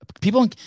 People